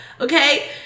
Okay